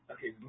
Okay